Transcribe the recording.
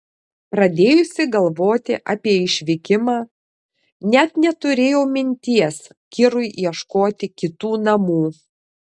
pradėjusi galvoti apie išvykimą net neturėjau minties kirui ieškoti kitų namų